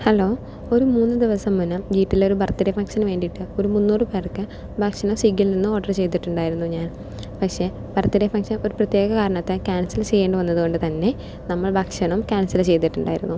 hello ഒരു മൂന്ന് ദിവസം മുന്നേ വീട്ടിലൊരു ബർത്ത് ഡേ ഫംഗ്ഷനു വേണ്ടിയിട്ട് ഒരു മുന്നൂറ് പേർക്ക് ഭക്ഷണം സ്വിഗ്ഗിയിൽ നിന്ന് ഓർഡർ ചെയ്തിട്ടുണ്ടായിരുന്നു ഞാൻ പക്ഷെ ബർത്ത് ഡേ ഫംഗ്ഷൻ ഒരു പ്രത്യേക കാരണത്താൽ ക്യാൻസൽ ചെയ്യേണ്ടി വന്നതുകൊണ്ട് തന്നെ നമ്മൾ ഭക്ഷണം ക്യാൻസൽ ചെയ്തിട്ടുണ്ടായിരുന്നു